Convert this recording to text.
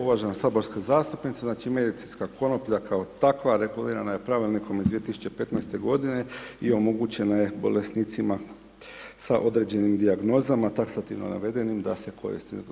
Uvažena saborska zastupnice, znači, medicinska konoplja kao takva, regulirana je Pravilnikom iz 2015.-te godine i omogućena je bolesnicima sa određenim dijagnozama, taksativno navedenim da se koristi.